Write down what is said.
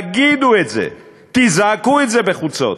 תגידו את זה, תזעקו את זה בחוצות.